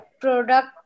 product